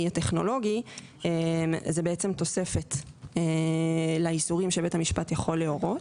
הטכנולוגי זה בעצם תוספת לאיסורים שבית המשפט יכול להורות.